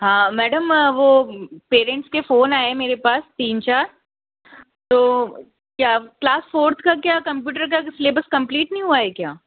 हाँ मैडम वो पेरेंट्स के फोन आए है मेरे पास तीन चार तो क्या क्लास फोर्थ का क्या कंप्युटर का क्या सिलबस कम्प्लीट नहीं हुआ है है क्या